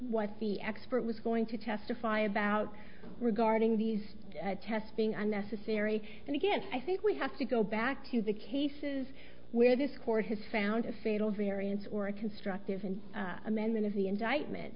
what the expert was going to testify about regarding these tests being unnecessary and again i think we have to go back to the cases where this court has found a fatal variance or a constructive amendment of the indictment